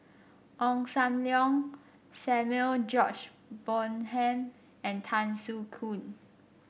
Ong Sam Leong Samuel George Bonham and Tan Soo Khoon